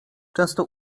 często